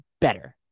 better